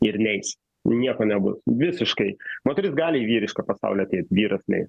ir neis nieko nebus visiškai moteris gali į vyrišką pasaulį ateit vyras neis